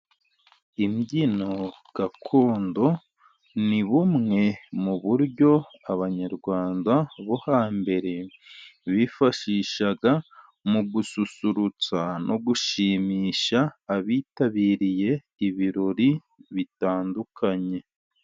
Imbyino gakondo, ni bumwe mu buryo abanyarwanda bo hambere, bifashishaga mu gususurutsa no gushimisha, abitabiriye ibirori bitandukanye.